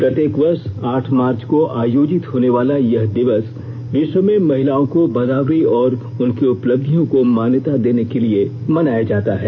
प्रत्येक वर्ष आठ मार्च को आयोजित होने वाला यह दिवस विश्व में महिलाओं को बराबरी और उनकी उपलब्धियों को मान्यता देने के लिए मनाया जाता है